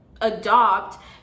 adopt